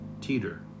teeter